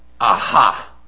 Aha